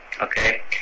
Okay